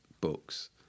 books